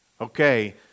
Okay